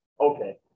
Okay